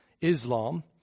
Islam